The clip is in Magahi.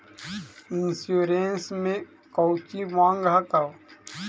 इंश्योरेंस मे कौची माँग हको?